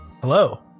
Hello